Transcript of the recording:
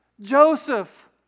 Joseph